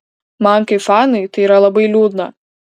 man kaip fanui tai yra labai liūdna